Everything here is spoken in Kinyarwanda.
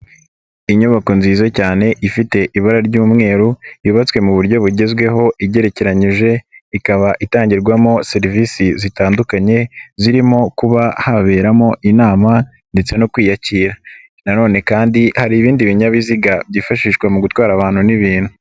Inyubako nziza cyane ifite ibara ry'umweru, yubatswe mu buryo bugezweho igerekeranyije, ikaba itangirwamo serivisi zitandukanye, zirimo kuba haberamo inama ndetse no kwiyakira na none kandi hari ibindi binyabiziga byifashishwa mu gutwara abantu n'ibintu.